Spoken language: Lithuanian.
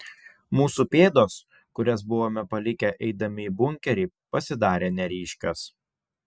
mūsų pėdos kurias buvome palikę eidami į bunkerį pasidarė neryškios